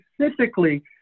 specifically